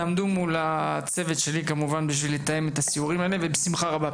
תעמדו מול הצוות שלי בשביל לתאם את הסיורים האלה ובשמחה רבה.